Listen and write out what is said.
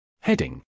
Heading